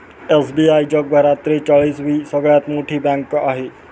SBI जगभरात त्रेचाळीस वी सगळ्यात मोठी बँक आहे